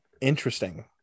interesting